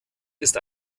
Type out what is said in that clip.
ist